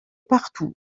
partout